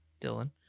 Dylan